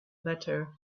better